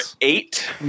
eight